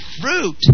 fruit